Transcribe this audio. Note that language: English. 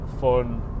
fun